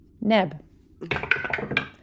neb